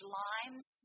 limes